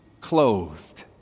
clothed